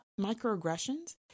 microaggressions